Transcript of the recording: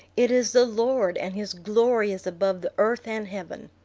it is the lord, and his glory is above the earth and heaven.